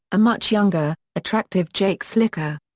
a much younger, attractive jake slicker.